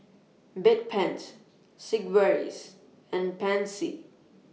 Bedpans Sigvaris and Pansy